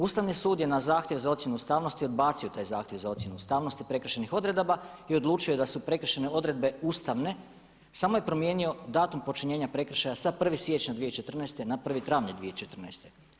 Ustavni sud je na zahtjev za ocjenu ustavnosti odbacio taj zahtjev za ocjenu ustavnosti prekršajnih odredaba i odlučio da su prekršene odredbe ustavne samo je promijenio datum počinjenja prekršaja sa 1. siječnja 2014. na 1. travnja 2014.